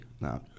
No